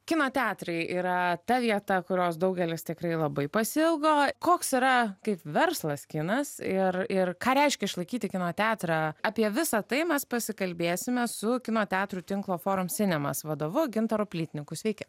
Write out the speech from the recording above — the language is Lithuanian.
kino teatrai yra ta vieta kurios daugelis tikrai labai pasiilgo koks yra kaip verslas kinas ir ir ką reiškia išlaikyti kino teatrą apie visa tai mes pasikalbėsime su kino teatrų tinklo forum sinemas vadovu gintaru plytniku sveiki